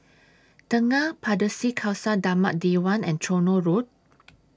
Tengah Pardesi Khalsa Dharmak Diwan and Tronoh Road